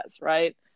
Right